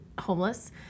homeless